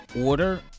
order